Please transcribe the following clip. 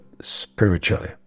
spiritually